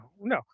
no